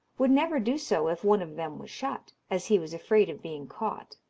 would never do so if one of them was shut, as he was afraid of being caught.